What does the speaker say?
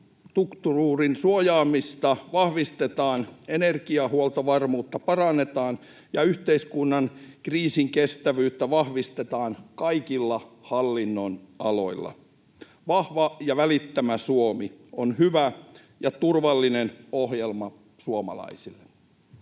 infrastruktuurin suojaamista vahvistetaan, energiahuoltovarmuutta parannetaan ja yhteiskunnan kriisinkestävyyttä vahvistetaan kaikilla hallin-nonaloilla. Vahva ja välittävä Suomi on hyvä ja turvallinen ohjelma suomalaisille.